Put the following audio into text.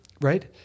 right